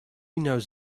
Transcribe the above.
knows